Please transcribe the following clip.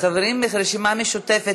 חברים ברשימה המשותפת,